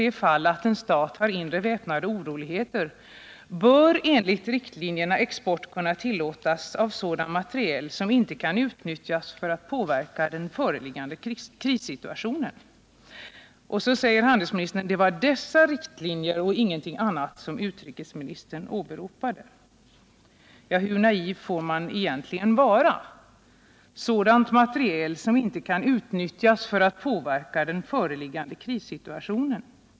det fall att en stat har inre väpnade oroligheter, bör enligt riktlinjerna export kunna tillåtas av ”sådan materiel som inte kan utnyttjas för att påverka den föreliggande krissituationen”. Det var dessa riktlinjer och ingenting annat som utrikesministern åberopade.” Hur naiv får man egentligen vara — ”sådan materiel som inte kan utnyttjas för att påverka den föreliggande krissituationen”?